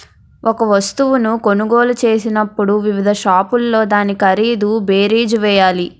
ఒక వస్తువును కొనుగోలు చేసినప్పుడు వివిధ షాపుల్లో దాని ఖరీదు బేరీజు వేయాలి